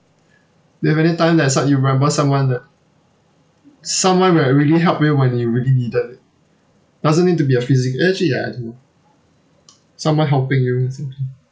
do you have any time that so~ you remember someone that someone where really helped you when you really needed it doesn't need to be a physic~ eh actually ya it do someone helping you recently